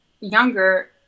younger